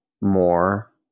more